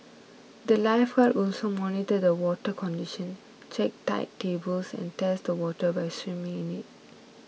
the lifeguard also monitor the water condition check tide tables and test the water by swimming in it